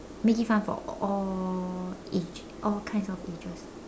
make it fun for all age all kinds of ages